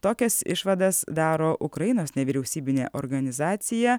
tokias išvadas daro ukrainos nevyriausybinė organizacija